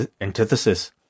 antithesis